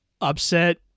upset